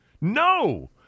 No